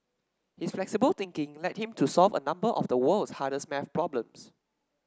his flexible thinking led him to solve a number of the world's hardest maths problems